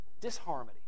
disharmony